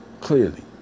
Clearly